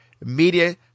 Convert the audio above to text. media